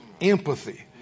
empathy